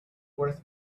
worth